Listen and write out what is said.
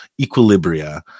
equilibria